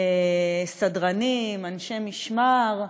סדרנים, אנשי משמר,